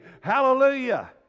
Hallelujah